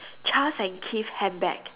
Charles-and-Keith handbag